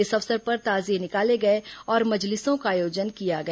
इस अवसर पर ताजिए निकाले गए और मजलिसों का आयोजन किया गया